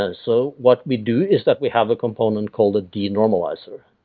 ah so what we do is that we have a component called the de-normalizer,